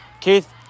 Keith